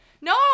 No